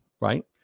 right